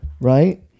right